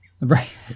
Right